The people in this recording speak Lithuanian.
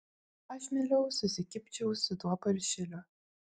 aš mieliau susikibčiau su tuo paršeliu